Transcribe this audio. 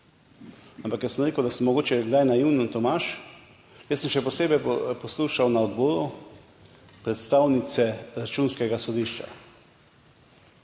Ampak, ker sem rekel, da sem mogoče kdaj naiven Tomaž, jaz sem še posebej poslušal na odboru predstavnice Računskega sodišča.